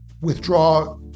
withdraw